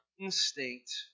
instinct